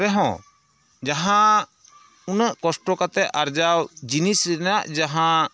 ᱨᱮᱦᱚᱸ ᱡᱟᱦᱟᱸ ᱩᱱᱟᱹᱜ ᱠᱚᱥᱴᱚ ᱠᱟᱛᱮ ᱟᱨᱡᱟᱣ ᱡᱤᱱᱤᱥ ᱨᱮᱱᱟᱜ ᱡᱟᱦᱟᱸ